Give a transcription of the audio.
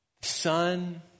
son